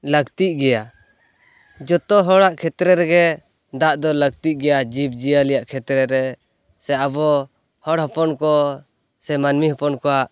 ᱞᱟᱹᱠᱛᱤ ᱜᱮᱭᱟ ᱡᱚᱛᱚ ᱦᱚᱲᱟᱜ ᱠᱷᱮᱛᱨᱮ ᱨᱮᱜᱮ ᱫᱟᱜ ᱫᱚ ᱞᱟᱹᱠᱛᱤ ᱜᱮᱭᱟ ᱡᱚᱵᱽ ᱡᱤᱭᱟᱹᱞᱤᱭᱟᱜ ᱠᱷᱮᱛᱨᱮ ᱨᱮ ᱥᱮ ᱟᱵᱚ ᱦᱚᱲ ᱦᱚᱯᱚᱱᱠᱚ ᱥᱮ ᱢᱟᱹᱱᱢᱤ ᱦᱚᱯᱚᱱ ᱠᱚᱣᱟᱜ